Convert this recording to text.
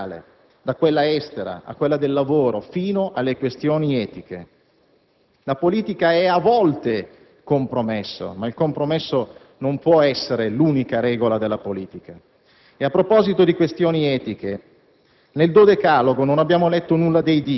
dalla politica economica a quella fiscale, da quella estera a quella del lavoro, fino alle questioni etiche. La politica è a volte compromesso, ma il compromesso non può essere l'unica regola della politica. E a proposito di questioni etiche,